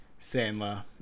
Sandler